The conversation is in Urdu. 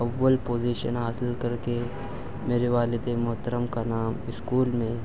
اول پوزیشن حاصل کر کے میرے والد محترم کا نام اسکول میں